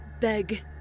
beg